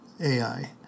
AI